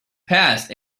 passed